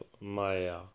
Maya